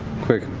quick,